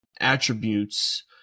attributes